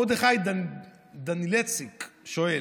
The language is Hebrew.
מרדכי דניאלצ'יק שואל,